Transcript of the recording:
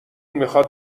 میخواد